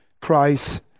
Christ